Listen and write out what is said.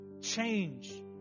Change